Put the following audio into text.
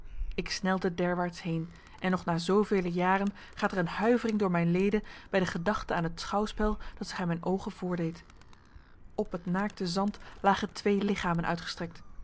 ik snelde derwaarts heen en nog na zoovele jaren gaat er een huivering door mijn leden bij de gedachte aan het schouwspel dat zich aan mijn oogen voordeed op het naakte zand lagen twee lichamen uitgestrekt